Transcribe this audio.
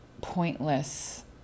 pointless